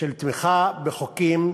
של תמיכה בחוקים